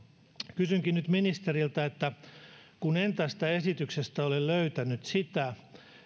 kysynkin nyt ministeriltä kun en tästä esityksestä ole löytänyt sitä